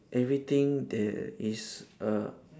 everything there is a